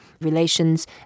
relations